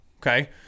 okay